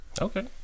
Okay